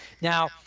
Now